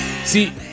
See